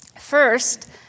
First